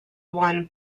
won